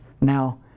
Now